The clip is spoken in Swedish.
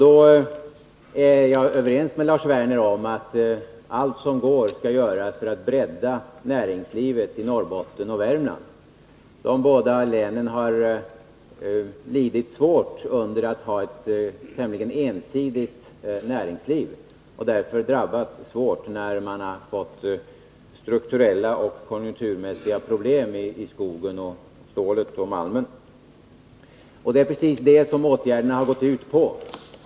Då är jag överens med Lars Werner om att allt som går att göra skall göras för att bredda näringslivet i Norrbotten och Värmland. De båda länen har lidit svårt av att ha ett tämligen ensidigt näringsliv, och de har drabbats svårt när man har fått strukturella och konjunkturmässiga problem när det gäller skogen, stålet och malmen. Det är precis det som åtgärderna har gått ut på.